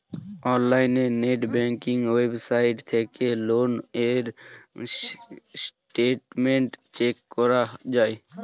অনলাইনে net banking website থেকে loan এর স্টেটমেন্ট চেক করা যায়